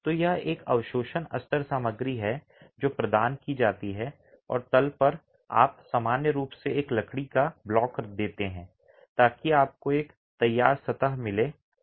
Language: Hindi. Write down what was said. तो यह एक अवशोषण अस्तर सामग्री है जो प्रदान की जाती है और तल पर आप सामान्य रूप से एक लकड़ी का ब्लॉक देते हैं ताकि आपको एक तैयार सतह मिल सके